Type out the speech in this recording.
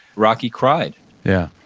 rocky cried yeah.